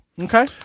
okay